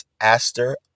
Aster